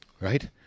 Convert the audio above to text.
right